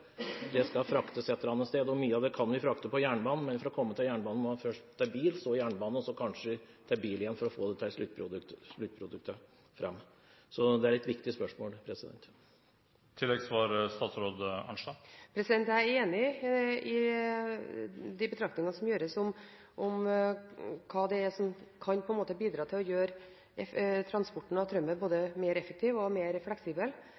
skal fraktes et eller annet sted. Mye av det kan vi frakte på jernbanen, men for å komme til jernbanen må man først ta bil, så jernbane og så kanskje bil igjen for å få sluttproduktet fram. Så det er et viktig spørsmål. Jeg er enig i de betraktningene som gjøres om hva det er som kan bidra til å gjøre transporten av tømmer både mer effektiv og mer fleksibel.